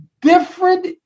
different